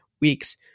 weeks